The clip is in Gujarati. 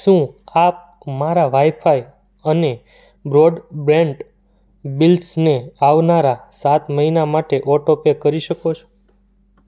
શું આપ મારા વાઈફાઈ અને બ્રોડબેન્ડ બિલ્સને આવનારા સાત મહિના માટે ઓટો પે કરી શકો છો